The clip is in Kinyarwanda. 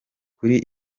kuri